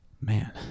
Man